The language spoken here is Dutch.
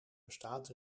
bestaat